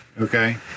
Okay